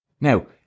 Now